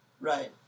Right